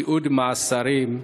תיעוד מאסרים,